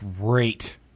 Great